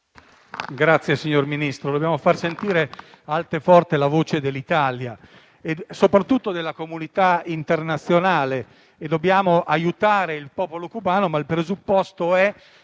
Signor Ministro, dobbiamo far sentire alta e forte la voce dell'Italia e soprattutto della comunità internazionale e dobbiamo aiutare il popolo cubano. Il presupposto,